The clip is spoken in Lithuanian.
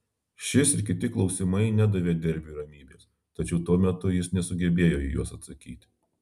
šis ir kiti klausimai nedavė derbiui ramybės tačiau tuo metu jis nesugebėjo į juos atsakyti